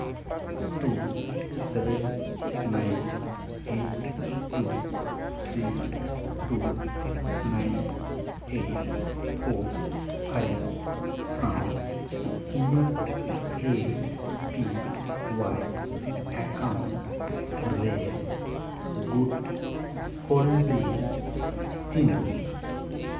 two seven nine eight two three two nine eight four five ᱥᱟᱶ ᱤᱧᱟᱹᱜ ᱮ ᱯᱤ ᱚᱣᱟᱭ ᱮᱠᱟᱣᱩᱱᱴ ᱨᱮ ᱜᱩᱴ ᱦᱳᱞᱰᱤᱝ ᱛᱤᱱᱟᱜ